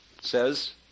says